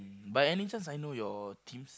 by any chance I know your teams